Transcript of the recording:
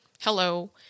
Hello